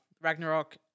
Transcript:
Ragnarok